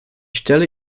stelle